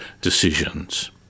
decisions